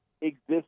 exists